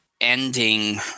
ending